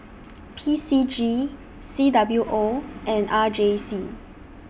P C G C W O and R J C